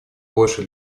больше